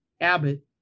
Abbott